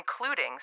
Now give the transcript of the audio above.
including